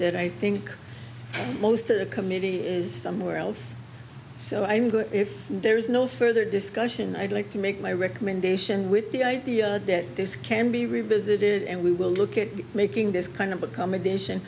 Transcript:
that i think most of the committee is somewhere else so i'm good if there is no further discussion i'd like to make my recommendation with the idea that this can be revisited and we will look at making this kind of accommodation